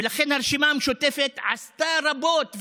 ולכן הרשימה המשותפת עשתה רבות,